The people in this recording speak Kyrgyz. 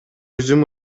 өзүм